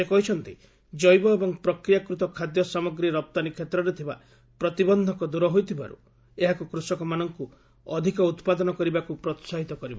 ସେ କହିଛନ୍ତି ଜୈବ ଏବଂ ପ୍ରକ୍ରିୟାକୃତ ଖାଦ୍ୟସାମଗ୍ରୀ ରପ୍ତାନୀ କ୍ଷେତ୍ରରେ ଥିବା ପ୍ରତିବନ୍ଧକ ଦୂର ହୋଇଥିବାରୁ ଏହାକୁ କୃଷକମାନଙ୍କୁ ଅଧିକ ଉତ୍ପାଦନ କରିବାକୁ ପ୍ରୋହାହିତ କରିବ